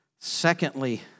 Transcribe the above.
Secondly